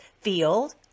field